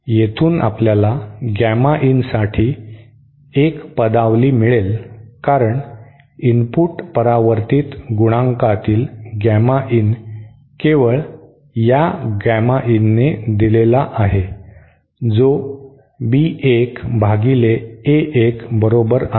येथून आपल्याला gamma in साठी एक पदावली मिळेल कारण इनपुट परावर्तीत गुणांकातील गॅमा इन केवळ या गॅमा इनने दिलेला आहे जो B 1 भागिले A 1 बरोबर आहे